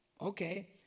Okay